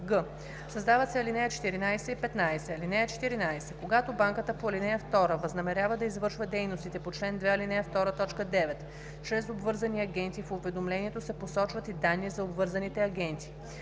г) създават се ал. 14 и 15: „(14) Когато банката по ал. 2 възнамерява да извършва дейностите по чл. 2, ал. 2, т. 9 чрез обвързани агенти, в уведомлението се посочват и данни за обвързаните агенти.